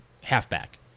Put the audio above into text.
halfback